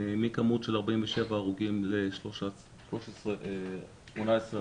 מכמות של 47 הרוגים ל-18 הרוגים.